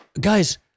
Guys